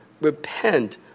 repent